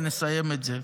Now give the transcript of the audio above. ונסיים את זה.